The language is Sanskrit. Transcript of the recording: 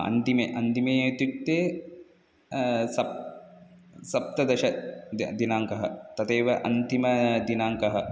अन्तिमे अन्तिमे इत्युक्ते सप् सप्तदशदिनाङ्कः तदेव अन्तिमदिनाङ्कः